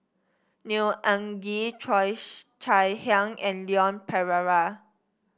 Neo Anngee Cheo Chai Hiang and Leon Perera